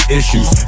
issues